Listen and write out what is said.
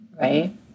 right